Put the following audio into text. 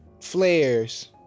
Flares